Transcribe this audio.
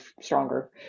stronger